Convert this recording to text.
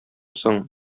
соң